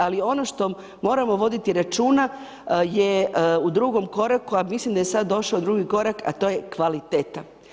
Ali ono što moramo voditi računa je u drugom koraku a mislim da je sad došao drugi korak a to je kvaliteta.